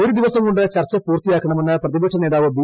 ഒരു ദിവസം കൊണ്ട് ചർച്ച പൂർത്തിയാക്കണമെന്ന് പ്രതിപക്ഷ നേതാവ് ബി